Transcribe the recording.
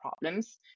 problems